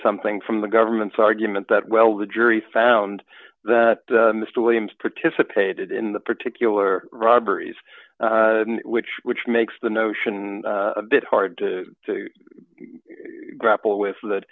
something from the government's argument that well the jury found that mr williams participated in the particular robberies which which makes the notion a bit hard to grapple with that